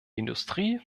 industrie